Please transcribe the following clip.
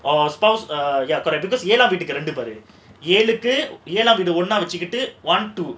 or spouse err ya correct because it ஏழாம் வீட்டுக்கு ரெண்டு பாரு ஏழுக்கு ஏழு வீடு ஒண்ணா வச்சிட்டு:elaam veetukku rendu paaru elukku elu veedu onnaa vachittu one two